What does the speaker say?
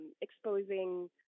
exposing